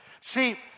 See